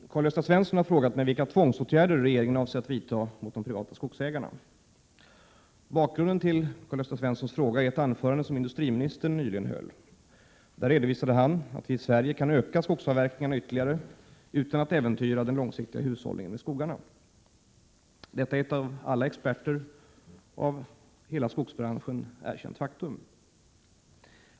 Herr talman! Karl-Gösta Svenson har frågat mig vilka tvångsåtgärder regeringen avser att vidtaga mot de privata skogsägarna. Bakgrunden till Karl-Gösta Svensons fråga är ett anförande som industriministern nyligen höll. Där redovisade han att vi i Sverige kan öka skogsavverkningarna ytterligare utan att äventyra den långsiktiga hushållningen med skogarna. Detta är ett av alla experter och av hela skogsbranschen erkänt faktum.